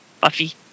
Buffy